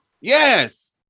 yes